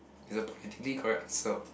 is a politically correct answer